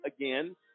again